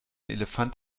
elefant